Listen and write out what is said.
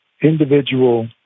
individual